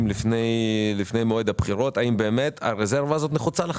שלפני מועד הבחירות הרזרבה הזאת נחוצה לכם.